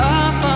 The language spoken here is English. up